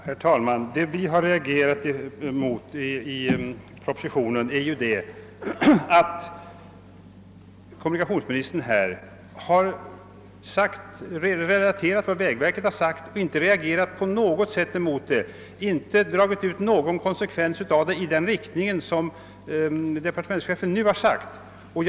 Herr talman! Vad vi har reagerat mot är att kommunikationsministern i propositionen har relaterat vad vägverket har sagt men utan att reagera mot det och utan att dra ut konsekvenserna i den riktning som departementschefen nu har angivit.